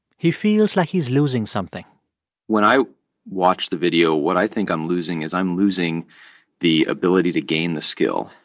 he feels like he's losing something when i watch the video, what i think i'm losing is i'm losing the ability to gain the skill.